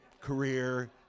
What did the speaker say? career